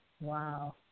Wow